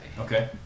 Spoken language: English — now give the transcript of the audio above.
Okay